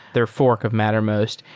their fork of mattermost,